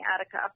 Attica